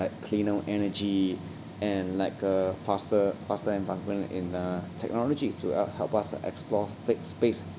like cleaner energy and like a faster faster advancement in uh technology to el~ help us explores fake space